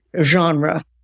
genre